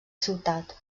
ciutat